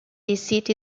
deceit